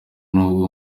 nubwo